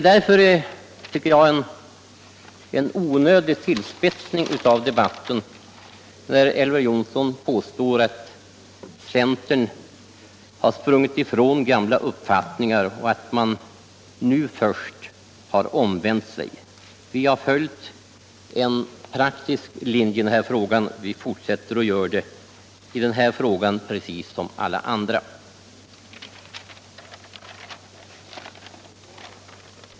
Därför tycker jag att det är en onödig tillspetsning av debatten när Elver Jonsson påstår att centern sprungit ifrån gamla uppfattningar och att man först nu har omvänt sig. Vi har följt en praktisk linje i den här frågan och vi fortsätter att göra det i denna fråga precis som i alla andra.